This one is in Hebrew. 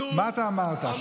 מה אתה אמרת?